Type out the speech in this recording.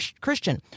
Christian